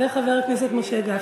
וחבר הכנסת משה גפני.